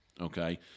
Okay